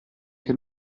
che